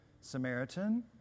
Samaritan